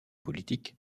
politique